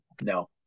No